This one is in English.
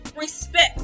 Respect